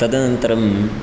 तदनन्तरं